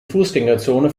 fußgängerzone